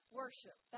worship